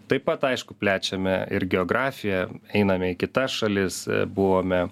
taip pat aišku plečiame ir geografiją einame į kitas šalis buvome